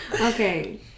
Okay